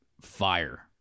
fire